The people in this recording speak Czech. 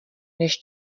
než